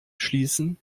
schließen